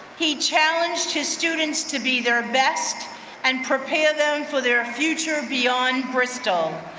he challenged his students to be their best and prepared them for their future beyond bristol.